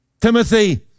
Timothy